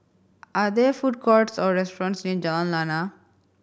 are there food courts or restaurants near Jalan Lana